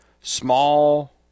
small